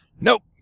nope